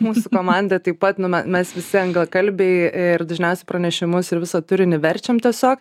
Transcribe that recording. mūsų komanda taip pat nu me mes visi anglakalbiai ir dažniausiai pranešimus ir visą turinį verčiam tiesiog